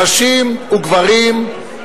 נשים וגברים,